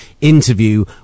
interview